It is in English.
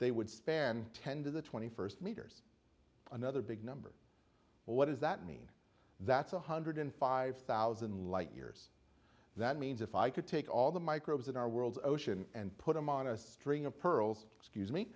they would span ten to the twenty first meters another big number but what does that mean that's one hundred five thousand light years that means if i could take all the microbes in our world's ocean and put them on a string of pearls excuse me